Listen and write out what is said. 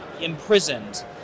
imprisoned